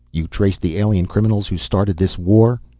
you've traced the alien criminals who started this war?